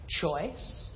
choice